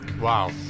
Wow